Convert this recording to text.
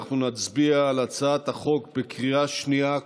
אנחנו נצביע על הצעת החוק בקריאה שנייה,